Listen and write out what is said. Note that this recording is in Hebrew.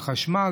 חשמל,